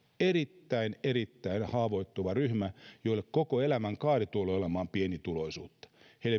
erittäin erittäin haavoittuva ryhmä jolle koko elämänkaari tulee olemaan pienituloisuutta